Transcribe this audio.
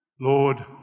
Lord